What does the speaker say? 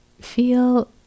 feel